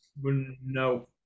No